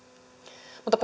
mutta